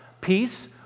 peace